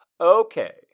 Okay